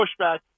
pushback